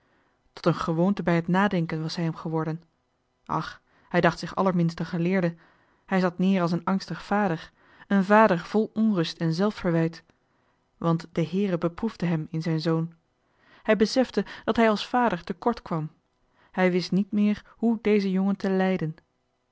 tot een gewoonte bij het nadenken was zij hem geworden ach hij dacht zich nu allerminst een geleerde hij zat neer als een angstig vader een vader vol onrust en zelfverwijt want de heere beproefde hem in zijn zoon hij besefte dat hij als vader te kort kwam hij wist niet meer hoe dezen jongen te leiden